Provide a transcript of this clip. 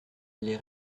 les